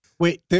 Wait